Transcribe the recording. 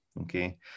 okay